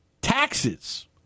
Taxes